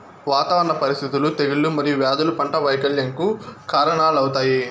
వాతావరణ పరిస్థితులు, తెగుళ్ళు మరియు వ్యాధులు పంట వైపల్యంకు కారణాలవుతాయి